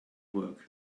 work